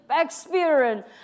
experience